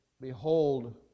Behold